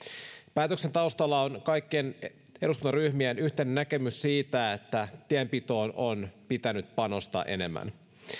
päätöksen taustalla on kaikkien eduskuntaryhmien yhteinen näkemys siitä että tienpitoon on pitänyt panostaa enemmän